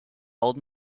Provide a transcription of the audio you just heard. old